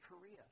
Korea